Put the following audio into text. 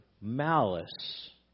malice